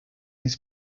his